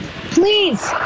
please